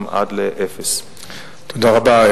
המועצה האזורית משגב מונה היום כ-18,000 איש,